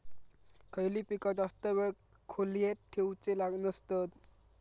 खयली पीका जास्त वेळ खोल्येत ठेवूचे नसतत?